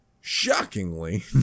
shockingly